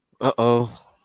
Uh-oh